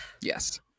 Yes